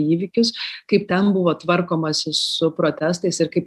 įvykius kaip ten buvo tvarkomasi su protestais ir kaip